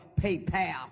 PayPal